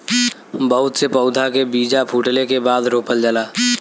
बहुत से पउधा के बीजा फूटले के बादे रोपल जाला